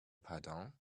pardon